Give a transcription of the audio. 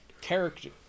Character